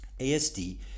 ASD